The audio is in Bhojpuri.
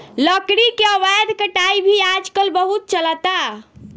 लकड़ी के अवैध कटाई भी आजकल बहुत चलता